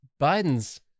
Biden's